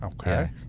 okay